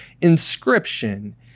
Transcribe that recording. inscription